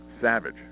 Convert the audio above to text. Savage